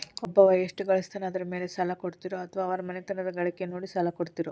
ಒಬ್ಬವ ಎಷ್ಟ ಗಳಿಸ್ತಾನ ಅದರ ಮೇಲೆ ಸಾಲ ಕೊಡ್ತೇರಿ ಅಥವಾ ಅವರ ಮನಿತನದ ಗಳಿಕಿ ನೋಡಿ ಸಾಲ ಕೊಡ್ತಿರೋ?